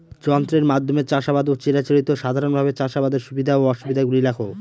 যন্ত্রের মাধ্যমে চাষাবাদ ও চিরাচরিত সাধারণভাবে চাষাবাদের সুবিধা ও অসুবিধা গুলি লেখ?